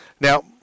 Now